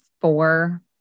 four